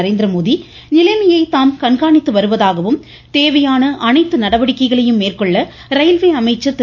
நரேந்திரமோடி தேவையான நிலைமை தாம் கண்காணித்து வருவதாகவும் அனைத்து நடவடிக்கைகளையும் மேற்கொள்ள ரயில்வே அமைச்சர் திரு